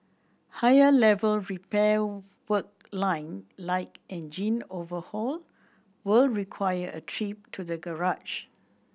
higher level repair work line like engine overhaul will require a trip to the garage